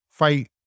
fight